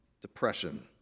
depression